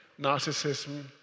narcissism